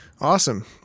awesome